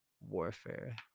warfare